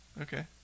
Okay